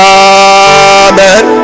amen